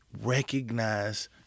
recognize